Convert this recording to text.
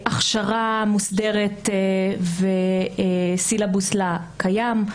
הכשרה מוסדרת וסילבוס לקיים.